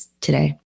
today